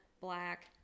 black